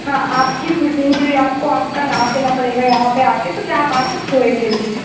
हाँ आपकी फ़िटिंग के लिए आपको आपका नाप देना पड़ेगा यहाँ पर आ कर तो क्या आप आ सकते हो एक दिन के लिए